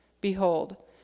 Behold